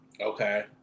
Okay